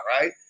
right